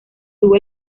tuvo